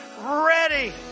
ready